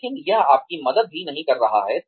लेकिन यह आपकी मदद भी नहीं कर रहा है